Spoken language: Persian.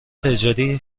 تجاری